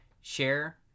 share